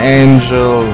angel